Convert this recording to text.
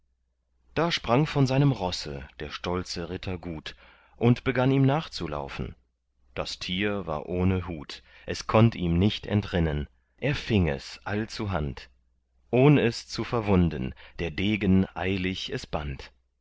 da sprang von seinem rosse der stolze ritter gut und begann ihm nachzulaufen das tier war ohne hut es konnt ihm nicht entrinnen er fing es allzuhand ohn es zu verwunden der degen eilig es band